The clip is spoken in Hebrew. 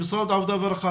משרד העבודה והרווחה,